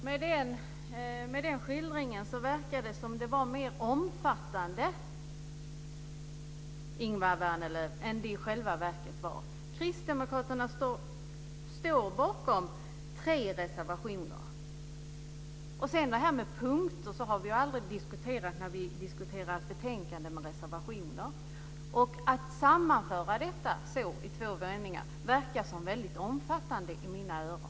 Fru talman! Med den skildringen verkade det som att det var mer omfattande, Ingemar Vänerlöv, än det i själva verket var. Kristdemokraterna står bakom tre reservationer. Sedan gäller det det här med punkter. Så har vi aldrig diskuterat betänkanden med reservationer. När man sammanför detta så här i två meningar verkar det väldigt omfattande i mina öron.